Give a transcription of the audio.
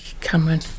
Cameron